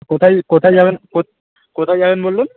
কোথায় কোথায় যাবেন কোত কোথায় যাবেন বললেন